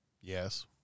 Yes